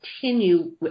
continue